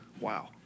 Wow